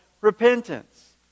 repentance